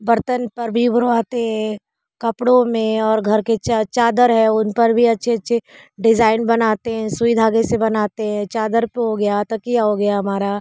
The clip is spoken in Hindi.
बर्तन पर भी उभरवाते हे कपड़ों में और घर के चादर है उन पर भी अच्छे अच्छे डिज़ाइन बनाते हैं सुई धागे से बनाते हैं चादर पर हो गया तकिया हो गया हमारा